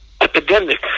epidemic